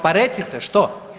Pa recite, što?